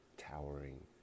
Towering